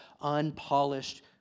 unpolished